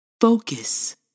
Focus